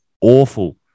awful